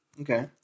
Okay